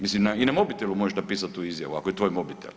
Mislim i na mobitelu možeš napisati tu izjavu ako je tvoj mobitel.